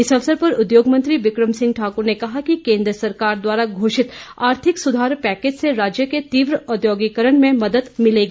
इस अवसर पर उद्योग मंत्री बिकम सिंह ठाकुर ने कहा कि केन्द्र सरकार द्वारा घोषित आर्थिक सुधार पैकेज से राज्य के तीव्र औद्योगिककरण में मदद मिलेगी